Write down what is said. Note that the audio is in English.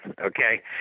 okay